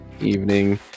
evening